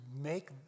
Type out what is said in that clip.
make